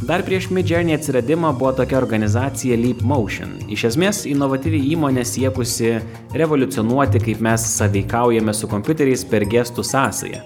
dar prieš midjourney atsiradimą buvo tokia organizacija leap motion iš esmės inovatyvi įmonė siekusi revoliucionuoti kaip mes sąveikaujame su kompiuteriais per gestų sąsają